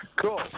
Cool